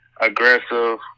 aggressive